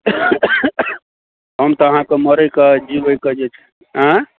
हम तऽ अहाँकेँ मरयके जीवयके जे छै आँय